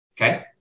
Okay